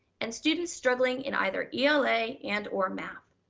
and students struggling in either ela and or math.